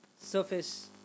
Surface